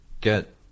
get